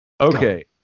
Okay